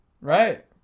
Right